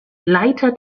leiter